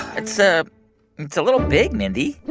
it's ah and it's a little big, mindy